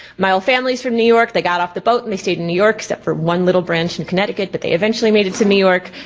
my whole family's from new york. they got off the boat and they stayed in new york, except for one little branch in connecticut, but they eventually made it to new york.